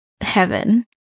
heaven